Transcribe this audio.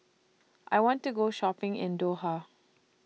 I want to Go Shopping in Doha